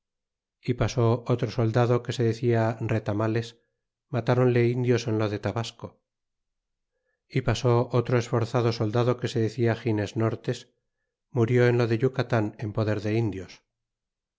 e pasó otro soldado que se decia retamales matáronle indios en lo de tabasco e pasó otro esforzado soldado que se decia gines nortes murió en lo de yucatan en poder de indios